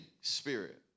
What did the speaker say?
spirit